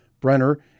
Brenner